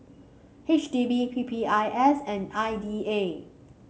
H D B P P I S and I D A